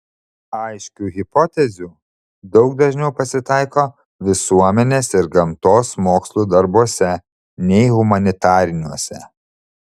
aiškių hipotezių daug dažniau pasitaiko visuomenės ir gamtos mokslų darbuose nei humanitariniuose